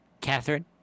Catherine